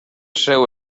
seu